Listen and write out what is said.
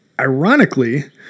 Ironically